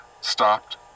stopped